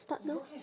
start now